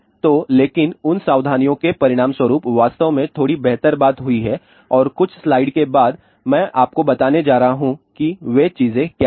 तो लेकिन उन सावधानियों के परिणामस्वरूप वास्तव में थोड़ी बेहतर बात हुई है और कुछ स्लाइड्स के बाद मैं आपको बताने जा रहा हूं कि वे चीजें क्या हैं